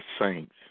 saints